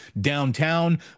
downtown